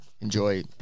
enjoy